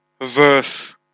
verse